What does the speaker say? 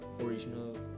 original